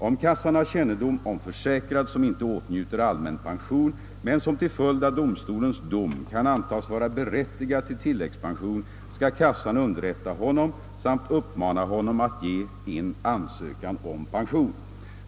Om kassan har kännedom om försäkrad som inte åtnjuter allmän pension men som till följd av domstolens dom kan antas vara berättigad till tillläggspension, skall kassan underrätta honom samt uppmana honom att ge in ansökan om pension.